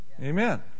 Amen